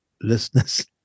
listeners